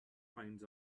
finds